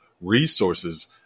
resources